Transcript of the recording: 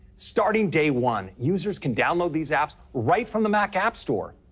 starting day one, users can download these apps right from the mac app store,